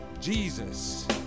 Jesus